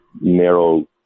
narrow